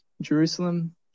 Jerusalem